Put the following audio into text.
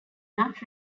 not